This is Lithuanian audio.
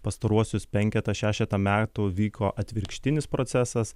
pastaruosius penketą šešetą metų vyko atvirkštinis procesas